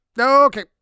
Okay